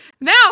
now